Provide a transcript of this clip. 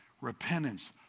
Repentance